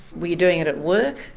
were you doing it at work?